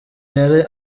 yari